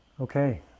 Okay